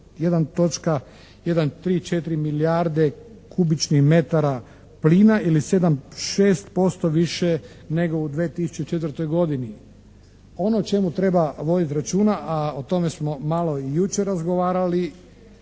1.134 milijarde kubičnih metara plina ili 7,6% više nego u 2004. godini. Ono o čemu treba voditi računa a o tome smo malo i jučer razgovarali.